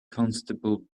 constable